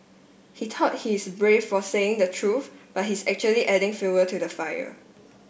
he thought he's brave for saying the truth but he's actually adding fuel to the fire